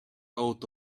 out